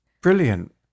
Brilliant